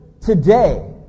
today